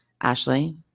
Ashley